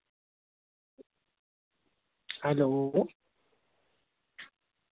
hello